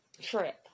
trip